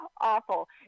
awful